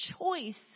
choice